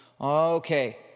Okay